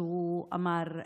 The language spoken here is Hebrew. הוא אמר: